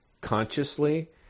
consciously